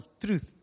truth